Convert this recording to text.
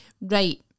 Right